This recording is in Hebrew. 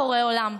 בורא עולם,